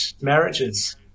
marriages